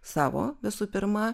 savo visų pirma